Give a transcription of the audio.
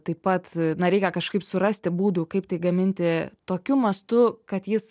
taip pat na reikia kažkaip surasti būdų kaip tai gaminti tokiu mastu kad jis